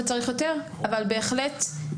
בהחלט,